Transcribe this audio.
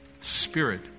Spirit